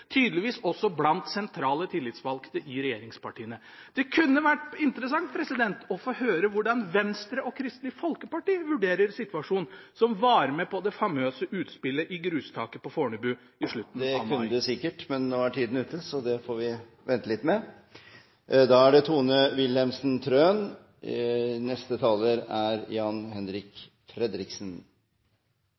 tydeligvis også blant sentrale tillitsvalgte i regjeringspartiene. Det kunne vært interessant å få høre hvordan Venstre og Kristelig Folkeparti, som var med på det famøse utspillet i grustaket på Fornebu i slutten av mai, vurderer situasjonen. Det kunne det sikkert, men nå er tiden ute, så det får vi vente litt med.